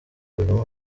kubivamo